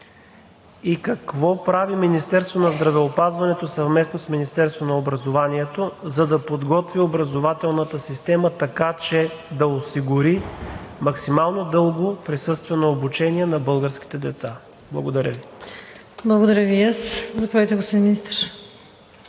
и какво прави Министерството на здравеопазването съвместно с Министерството на образованието, за да подготви образователната система, така че да осигури максимално дълго присъствено обучение на българските деца? Благодаря Ви. ПРЕДСЕДАТЕЛ ВИКТОРИЯ ВАСИЛЕВА: Благодаря